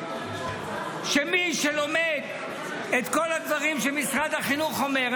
שמי שלומד את כל הדברים שמשרד החינוך אומר,